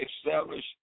establish